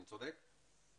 אני צודק?